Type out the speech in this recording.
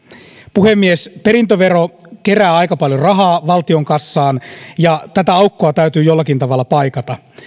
puhemies perintövero kerää aika paljon rahaa valtion kassaan ja tätä aukkoa täytyy jollakin tavalla paikata